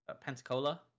Pensacola